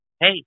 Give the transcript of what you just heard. hey